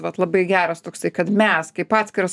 vat labai geras toksai kad mes kaip atskiras